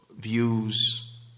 views